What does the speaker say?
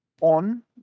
On